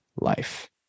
life